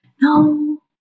no